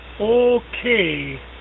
Okay